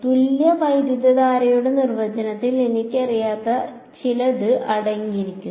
തുല്യ വൈദ്യുതധാരയുടെ നിർവചനത്തിൽ എനിക്കറിയാത്ത ചിലത് അടങ്ങിയിരിക്കുന്നു